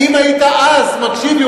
כי אם היית אז מקשיב לי,